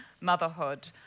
motherhood